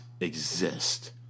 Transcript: exist